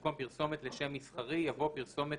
במקום "פרסומת לשם מסחרי" יבוא "פרסומת